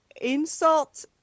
insult